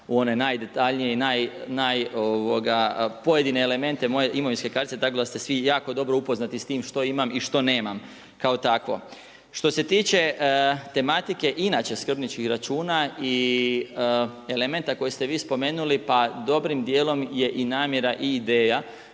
u one najdetaljnije i naj pojedine elemente moje imovinske kartice tako da ste svi jako dobro upoznati sa time što imam i što nemam, kao takvo. Što se tiče tematike, inače skrbničkih računa i elementa koje ste vi spomenuli, pa dobrim dijelom je i namjera i ideja